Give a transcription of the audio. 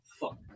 fuck